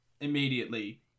immediately